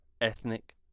ethnic